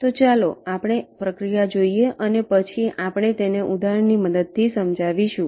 તો ચાલો આપણે પ્રક્રિયા જોઈએ અને પછી આપણે તેને ઉદાહરણની મદદથી સમજાવીશું